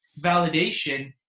validation